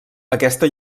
aquesta